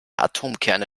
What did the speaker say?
atomkerne